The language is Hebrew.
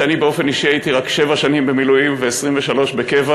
שאני באופן אישי הייתי רק שבע שנים במילואים ו-23 בקבע,